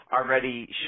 already